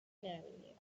avenue